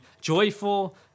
joyful